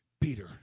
Peter